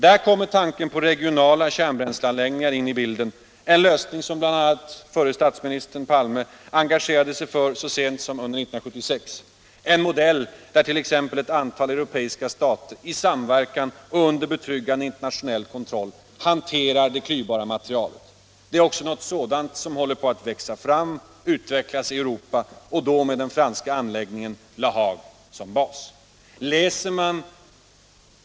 Där kommer tanken på regionala kärnbränsleanläggningar in i bilden, en lösning som bl.a. förre statsministern Olof Palme engagerade sig för så sent som under 1976 — en modell där t.ex. ett antal europeiska stater i samverkan och under betryggande internationell kontroll hanterar det klyvbara materialet. Det är också något sådant som håller på att utvecklas i Europa och då med den franska anläggningen La Hague som bas.